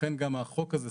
לכן גם החוק הזה,